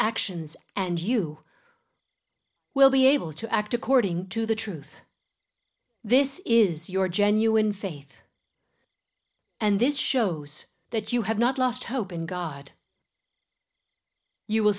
actions and you will be able to act according to the truth this is your genuine faith and this shows that you have not lost hope in god you will